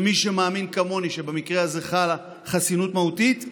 מי שמאמין, כמוני, שבמקרה הזה חלה חסינות מהותית,